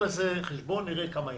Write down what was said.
בואו נעשה חשבון, נראה כמה יש.